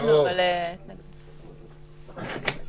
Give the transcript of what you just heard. זה מעלה משהו די בולט לאורך כל הנושא של מזונות.